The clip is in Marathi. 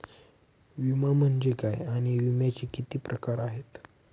विमा म्हणजे काय आणि विम्याचे किती प्रकार आहेत?